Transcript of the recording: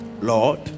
Lord